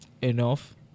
enough